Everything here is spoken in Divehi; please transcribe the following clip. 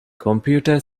ކޮމްޕިއުޓަރ